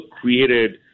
created